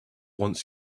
wants